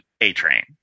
A-Train